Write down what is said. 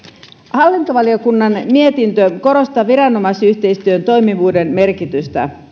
hallintovaliokunnan mietintö korostaa viranomaisyhteistyön toimivuuden merkitystä